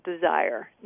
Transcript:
desire